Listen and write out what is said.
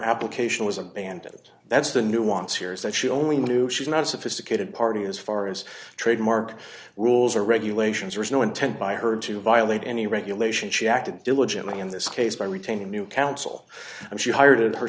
application was abandoned that's the new wants here is that she only knew she's not sophisticated party as far as trademark rules or regulations was no intent by her to violate any regulation she acted diligently in this case by retaining new counsel and she hired